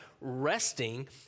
resting